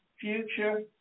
future